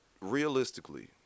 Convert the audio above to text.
Realistically